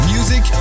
Music